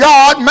God